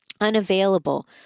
unavailable